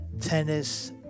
tennis